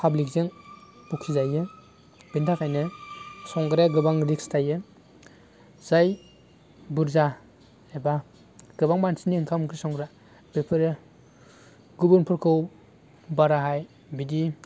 पाब्लिकजों बखिजायो बिनि थाखायनो संग्राया गोबां रिक्स थायो जाय बुरजा एबा गोबां मानसिनि ओंखाम ओंख्रि संग्रा बेफोरो गुबुनफोरखौ बाराहाय बिदि